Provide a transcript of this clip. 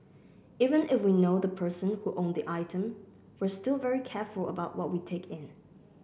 even if we know the person who owned the item we're still very careful about what we take in